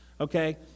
okay